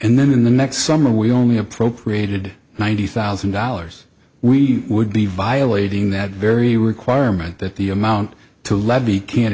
and then in the next summer we only appropriated ninety thousand dollars we would be violating that very requirement that the amount to levy can